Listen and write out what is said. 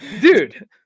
Dude